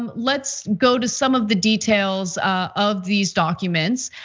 um let's go to some of the details of these documents.